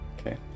Okay